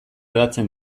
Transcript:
hedatzen